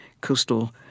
coastal